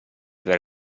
per